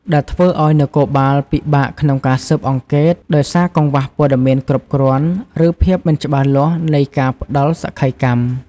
ដែលធ្វើឲ្យ នគរបាលពិបាកក្នុងការស៊ើបអង្កេត ដោយសារកង្វះព័ត៌មានគ្រប់គ្រាន់ ឬភាពមិនច្បាស់លាស់នៃការផ្តល់សក្ខីកម្ម។